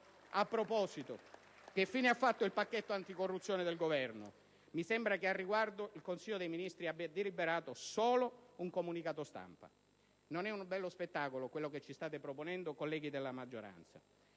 A proposito, che fine ha fatto il pacchetto anticorruzione del Governo? Mi sembra che al riguardo il Consiglio dei ministri abbia deliberato solo un comunicato stampa. Non è un bello spettacolo quello che ci state proponendo, colleghi della maggioranza.